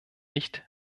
nicht